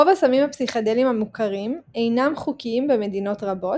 רוב הסמים הפסיכדליים המוכרים אינם חוקיים במדינות רבות,